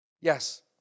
Yes